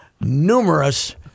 numerous